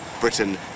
Britain